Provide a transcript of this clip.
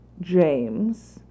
James